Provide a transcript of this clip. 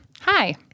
Hi